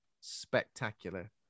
spectacular